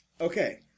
okay